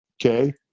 Okay